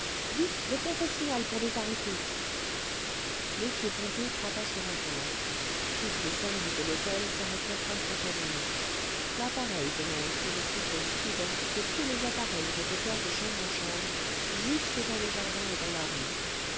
vite le contre signal pour les arrêter m ponto frappa sur un timbre toutes les sonneries de l'hôtel s'arrêl'extincteur s'arrêl'extincteur ter eut instantanément l'appareil donna un coup de sifflet strident que tous les appareils répétèrent de chambre en chambre jusque dans le jardin et dans la rue